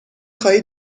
خواهی